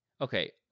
Okay